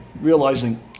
Realizing